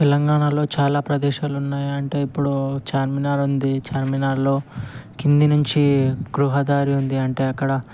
తెలంగాణలో చాలా ప్రదేశాలు ఉన్నాయి అంటే ఇప్పుడు చార్మినార్ ఉంది చార్మినార్లో కింది నుంచి గృహదారి ఉంది అంటే అక్కడ